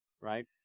right